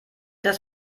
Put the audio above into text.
das